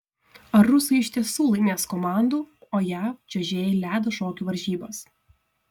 ar rusai iš tiesų laimės komandų o jav čiuožėjai ledo šokių varžybas